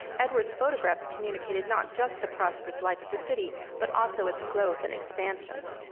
edwards' photographs communicated not just the prosperous life of the city but also its growth and expansion.